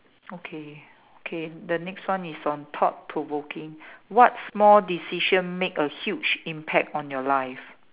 okay okay the next one is on thought provoking what small decision make a huge impact on your life